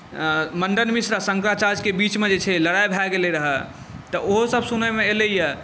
मण्डन मिश्र आ शङ्कराचार्यके बीचमे जे छै लड़ाइ भए गेलै रहए तऽ ओहोसभ सुनैमे एलैए